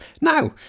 Now